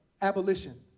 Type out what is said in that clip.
abolition,